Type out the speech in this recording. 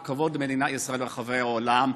ומעורר כבוד למדינת ישראל ברחבי העולם.